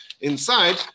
inside